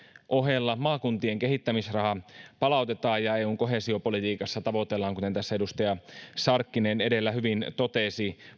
ohella maakuntien kehittämisraha palautetaan ja eun koheesiopolitiikassa tavoitellaan kuten tässä edustaja sarkkinen edellä hyvin totesi